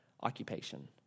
occupation